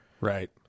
right